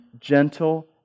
gentle